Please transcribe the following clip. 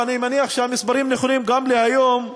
ואני מניח שהמספרים נכונים גם להיום,